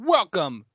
Welcome